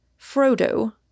Frodo